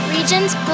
Regions